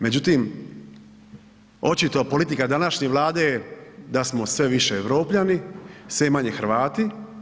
Međutim, očito politika današnje Vlade je da smo sve više Europljani, sve manje Hrvati.